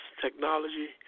technology